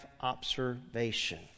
observation